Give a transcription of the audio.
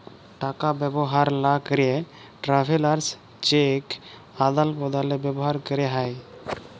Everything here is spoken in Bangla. টাকা ব্যবহার লা ক্যেরে ট্রাভেলার্স চেক আদাল প্রদালে ব্যবহার ক্যেরে হ্যয়